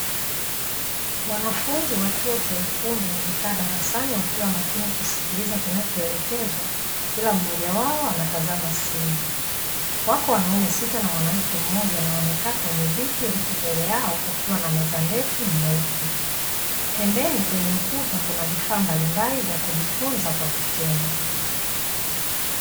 Wanafunzi wa chuo cha ufundi wamekaa darasani wakiwa makini kusikiliza kinachoelekezwa, ila mmoja wao anatazama simu. Wako wanaume sita na mwanamke mmoja na wamekaa kwenye viti, huku mbele yao kukiwa na meza ndefu nyeupe. Pembeni kwenye ukuta, kuna vifaa mbalimbali vya kujifunza kwa vitendo.